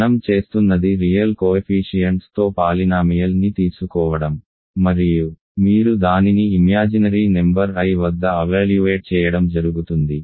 మనం చేస్తున్నది real coefficients తో పాలినామియల్ ని తీసుకోవడం మరియు మీరు దానిని ఇమ్యాజినరీ నెంబర్ i వద్ద మూల్యాంకనం చేయడం జరుగుతుంది